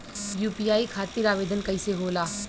UPI खातिर आवेदन कैसे होला?